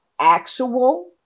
actual